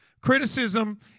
Criticism